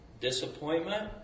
disappointment